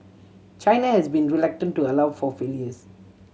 China has been reluctant to allow for failures